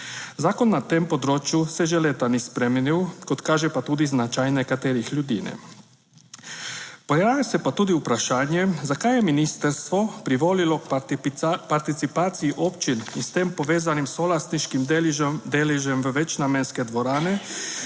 Zakon na tem področju se že leta ni spremenil, kot kaže pa tudi značaj nekaterih ljudi ne. Pojavlja se pa tudi vprašanje, zakaj je ministrstvo privolilo participaciji občin in s tem povezanim solastniškim deležem v večnamenske dvorane,